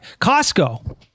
Costco